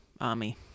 army